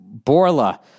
Borla